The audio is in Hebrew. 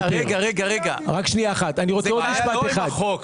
הבעיה היא לא עם החוק.